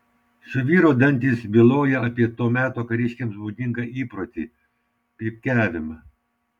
šio vyro dantys byloja apie to meto kariškiams būdingą įprotį pypkiavimą